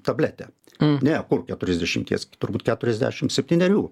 tabletę ne kur keturiasdešimties turbūt keturiasdešimt septynerių